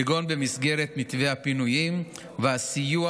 כגון במסגרת מתווה הפינויים והסיוע